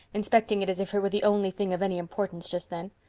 inspecting it as if it were the only thing of any importance just then.